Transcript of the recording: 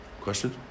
Question